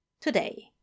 Today